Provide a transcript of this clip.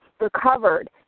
recovered